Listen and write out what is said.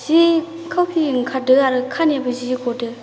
जि खावफि ओंखारदो आरो खानायाबो जि गदों